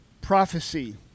prophecy